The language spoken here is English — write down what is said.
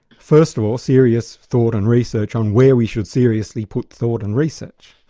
first of all, serious thought and research on where we should seriously put thought and research.